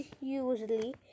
usually